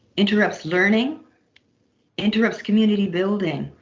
interrupts learning interrupts community building,